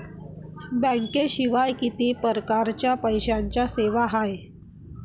बँकेशिवाय किती परकारच्या पैशांच्या सेवा हाय?